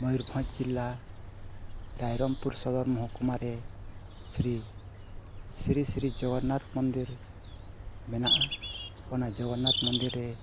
ᱢᱚᱭᱩᱨᱵᱷᱚᱸᱡᱽ ᱡᱮᱞᱟ ᱨᱟᱭᱨᱚᱢᱯᱩᱨ ᱥᱚᱫᱚᱨ ᱢᱚᱦᱩᱠᱩᱢᱟᱨᱮ ᱥᱨᱤ ᱥᱨᱤ ᱥᱨᱤ ᱡᱚᱜᱚᱱᱱᱟᱛᱷ ᱢᱚᱱᱫᱤᱨ ᱢᱮᱱᱟᱜᱼᱟ ᱚᱱᱟ ᱡᱚᱜᱚᱱᱱᱟᱷ ᱢᱚᱱᱫᱤᱨ ᱨᱮ